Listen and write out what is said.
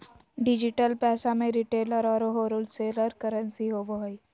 digital पैसा में retailer औरो होलसेलर करंसी होवो हइ